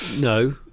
No